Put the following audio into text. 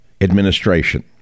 administration